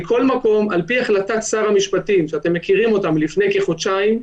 מכל מקום, על פי החלטת שר המשפטים מלפני כחודשיים,